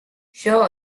shaw